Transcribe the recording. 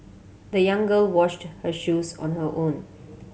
the young girl washed her shoes on her own